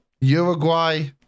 Uruguay